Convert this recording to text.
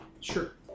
Sure